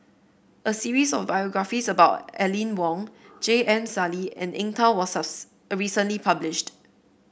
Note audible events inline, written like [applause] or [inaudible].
a series of biographies about Aline Wong J M Sali and Eng Tow was [unintelligible] recently published